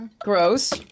Gross